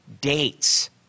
dates